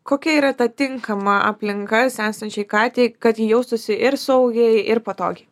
kokia yra ta tinkama aplinkas esančiai katei kad ji jaustųsi ir saugiai ir patogiai